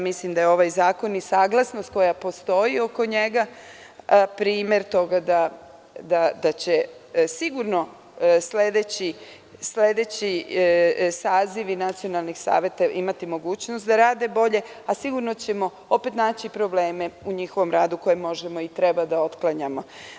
Mislim da je ovaj zakon i saglasnost koja postoji oko njega primer toga da će sigurno sledeći sazivi nacionalnih saveta imati mogućnost da rade bolje, a sigurno ćemo opet naći probleme u njihovom radu koje možemo i treba da otklanjamo.